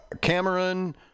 Cameron